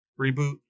reboot